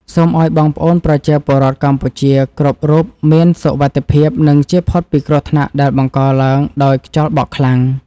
សូមឱ្យបងប្អូនប្រជាពលរដ្ឋកម្ពុជាគ្រប់រូបមានសុវត្ថិភាព និងចៀសផុតពីគ្រោះថ្នាក់ដែលបង្កឡើងដោយខ្យល់បក់ខ្លាំង។